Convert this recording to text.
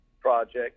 project